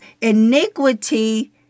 iniquity